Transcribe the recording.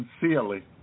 sincerely